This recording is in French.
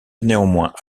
néanmoins